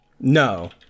No